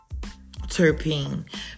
terpene